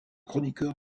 chroniqueur